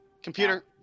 Computer